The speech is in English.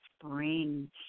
spring